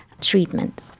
treatment